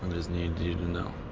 needed you to know.